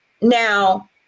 now